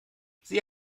sie